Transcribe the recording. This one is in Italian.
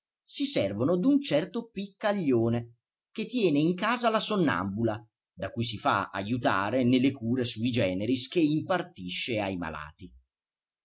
si servono d'un certo piccaglione che tiene in casa la sonnambula da cui si fa ajutare nelle cure sui generis che impartisce ai malati